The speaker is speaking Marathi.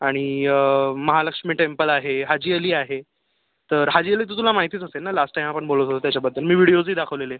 आणि महालक्ष्मी टेम्पल आहे हाजी अली आहे तर हाजी अली तर तुला माहितीच असेल ना लास्ट टाईम आपण बोलत होतो त्याच्याबद्दल मी व्हिडिओजही दाखवलेले